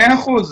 מאה אחוז.